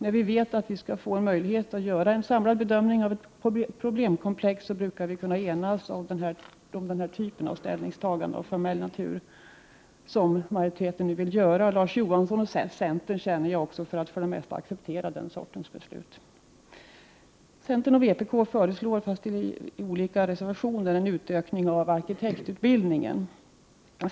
När vi i utskottet vet att vi skall få möjlighet att göra en samlad bedömning av ett problemkomplex, brukar vi kunna enas om ett ställningstagande av formell natur, vilket utskottsmajoriteten nu vill göra. Centerpartiet och Larz Johansson brukar enligt min erfarenhet för det mesta acceptera den sortens beslut. Centern och vpk föreslår, i olika reservationer, en utökning av arkitektutbildningen.